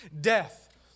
death